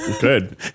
Good